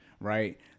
right